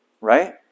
Right